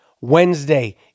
Wednesday